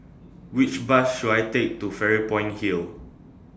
Which Bus should I Take to Fairy Point Hill